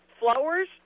flowers